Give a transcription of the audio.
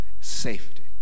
safety